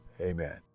Amen